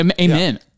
Amen